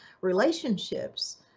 relationships